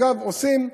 אגב, עושים,